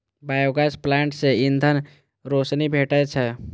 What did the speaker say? biogas plant सं ईंधन, रोशनी भेटै छै